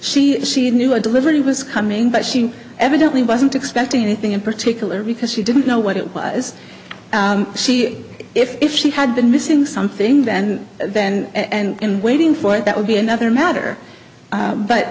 she she knew a delivery was coming but she evidently wasn't expecting anything in particular because she didn't know what it was she if she had been missing something then that and waiting for that would be another matter